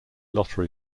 lottery